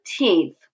17th